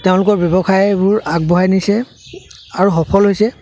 তেওঁলোকৰ ব্যৱসায়বোৰ আগবঢ়াই নিছে আৰু সফল হৈছে